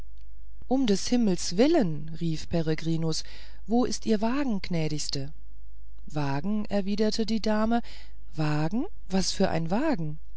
um des himmels willen rief peregrinus wo ist ihr wagen gnädigste wagen erwiderte die dame wagen was für ein wagen